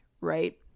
Right